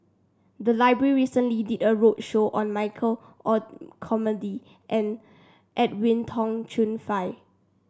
the library recently did a roadshow on Michael Olcomendy and Edwin Tong Chun Fai